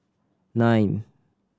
nine